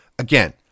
Again